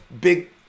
big